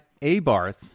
Abarth